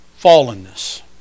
fallenness